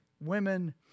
women